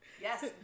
yes